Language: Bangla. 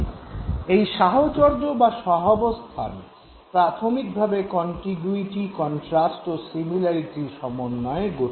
স্লাইড সময়ঃ 1215 এই সাহচর্য বা সহাবস্থান প্রাথমিকভাবে কন্টিগুইটি কন্ট্রাস্ট ও সিমিলারিটির সমন্বয়ে গঠিত